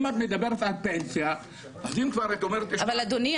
אם את מדברת על פנסיה --- אבל אדוני,